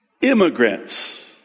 Immigrants